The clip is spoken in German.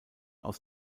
aus